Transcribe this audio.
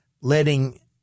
letting